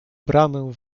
bramę